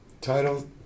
title